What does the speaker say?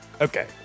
Okay